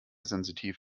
sensitiv